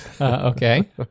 Okay